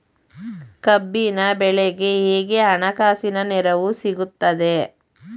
ಕಬ್ಬಿನ ಬೆಳೆಗೆ ಹೇಗೆ ಹಣಕಾಸಿನ ನೆರವು ಸಿಗುತ್ತದೆ?